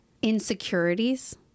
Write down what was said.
Insecurities